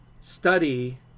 study